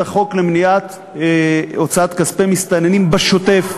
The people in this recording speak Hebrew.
את החוק למניעת הוצאת כספי מסתננים בשוטף.